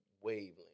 wavelength